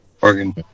organ